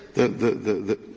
the the